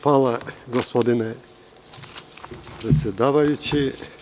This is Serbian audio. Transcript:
Hvala gospodine predsedavajući.